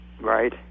right